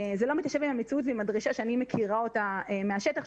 זה לא מתיישב עם המציאות ועם הדרישה שאני מכירה מן השטח,